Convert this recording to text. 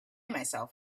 myself